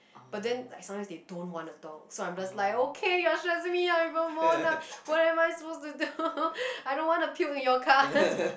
but then like sometimes they don't want to talk so I am just like okay you are stressing me out even more now what am I supposed to do I don't want to puke in your car